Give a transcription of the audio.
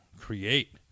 create